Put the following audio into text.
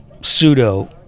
pseudo